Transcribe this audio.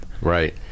Right